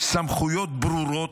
סמכויות ברורות,